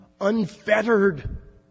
Unfettered